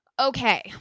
Okay